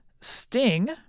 sting